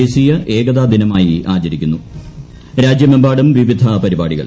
ദേശീയ ഏകതാ ദിനമായി ആചരിക്കുന്നു രാജ്യമെമ്പാടും വിവിധ പരിപാടികൾ